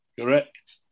correct